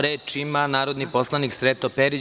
Reč ima narodni poslanik Sreto Perić.